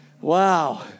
Wow